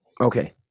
Okay